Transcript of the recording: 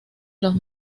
los